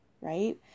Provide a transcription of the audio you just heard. Right